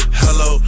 hello